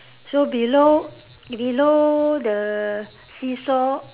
so below below the seesaw